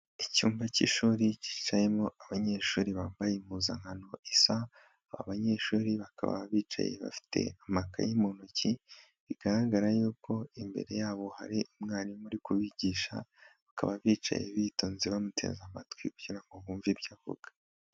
Icyumba cy'ishuri kicayemo abanyeshuri bambaye impuzankano isa, aba banyeshuri bakaba bicaye bafite amakaye mu ntoki, bigaragara yuko imbere yabo hari umwarimu uri kubigisha, bakaba bicaye bitonze bamuteze amatwi kugira ngo bumve ibyo avuga.